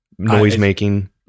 Noisemaking